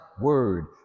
word